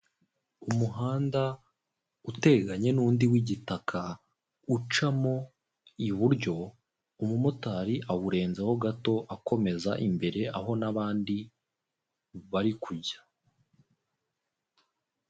Umuhanda uteganye n'undi w'igitaka, ucamo iburyo umumotari awurenzeho gato akomeza imbere aho n'abandi bari kujya.